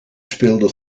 speelde